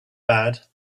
bad